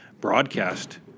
broadcast